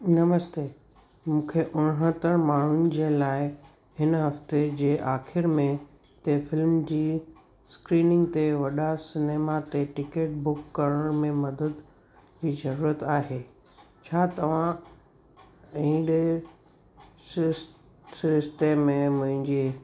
नमस्ते मूंखे अव्हां त माण्हुनि जे लाइ हिन हफ़्ते जे आख़िर में कंहिं फ़िल्म जी स्क्रीनिंग ते वॾा सिनेमा ते टिकेट बुक करण में मदद जी ज़रूरत आहे छा तव्हां एन्ड सिश सिरिश्ते में मुंहिंजी